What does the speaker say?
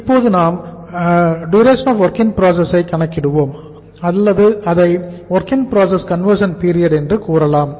இப்போது நாம் DWIP ஐ கணக்கிடுவோம் அல்லது அதை WIPCP என்றும் நீங்கள் கூறலாம்